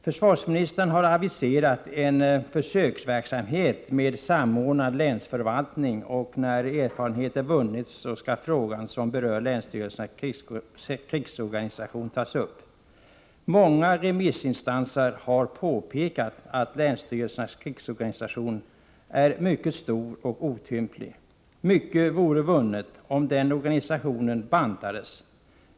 Försvarsministern har aviserat en försöksverksamhet med samordnad länsförvaltning, och när erfarenheter vunnits skall frågan som berör länsstyrelsernas krigsorganisation tas upp. Många remissinstanser har påpekat att länsstyrelsernas krigsorganisation är mycket stor och otymplig. Mycket vore vunnet om den organisationen bantades.